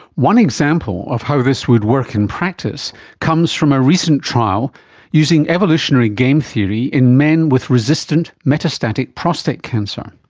one example of how this would work in practice comes from a recent trial using evolutionary game theory in men with resistant metastatic prostate cancer.